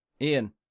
Ian